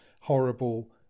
horrible